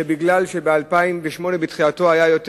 זה שבתחילת 2008 היה יותר,